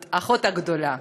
האחות הגדולה.